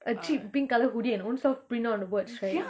a cheap pink colour hoodie and ownself print out the words right